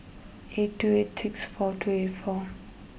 eight two eight six four two eight four